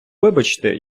вибачте